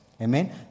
Amen